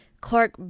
clark